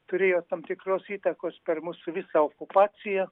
turėjo tam tikros įtakos per mūsų visą okupaciją